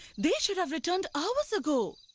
they should have returned hours ago.